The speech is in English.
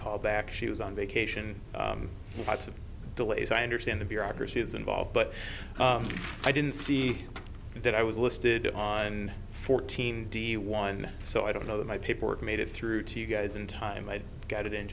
call back she was on vacation lots of delays i understand the bureaucracy is involved but i didn't see that i was listed on fourteen d one so i don't know that my paperwork made it through to you guys in time i'd get it